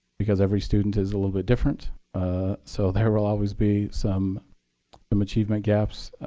because every student is a little bit different so there will always be some um achievement gaps.